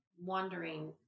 wondering